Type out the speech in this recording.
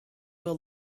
will